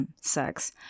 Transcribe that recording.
sex